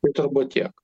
tai turbūt tiek